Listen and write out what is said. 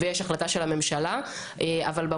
ויש